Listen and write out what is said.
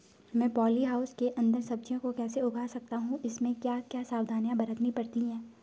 मैं poly house के अन्दर सब्जियों को कैसे उगा सकता हूँ इसमें क्या क्या सावधानियाँ बरतनी पड़ती है?